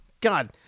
God